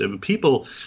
People